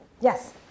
Yes